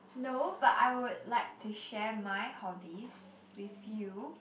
no but I would like to share my hobbies with you